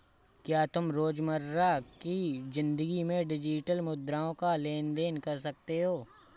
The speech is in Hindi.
क्या तुम रोजमर्रा की जिंदगी में डिजिटल मुद्राओं का लेन देन कर सकते हो?